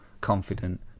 confident